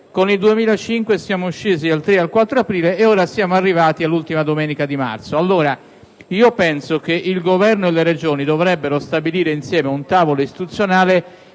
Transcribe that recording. nel 2005 al 3-4 aprile ed ora siamo arrivati all'ultima domenica di marzo. Io penso quindi che il Governo e le Regioni dovrebbero stabilire insieme un tavolo istituzionale